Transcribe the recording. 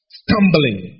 stumbling